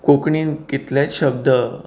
कोंकणीन कितलेंत शब्द